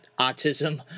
autism